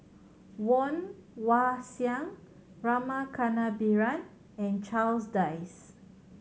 Woon Wah Siang Rama Kannabiran and Charles Dyce